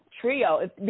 trio